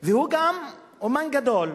והוא גם אמן גדול,